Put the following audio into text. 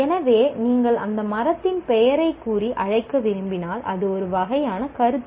எனவே நீங்கள் அந்த மரத்தின் பெயரைக் கூறி அழைக்க விரும்பினால் அது ஒரு வகையான கருத்து